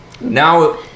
Now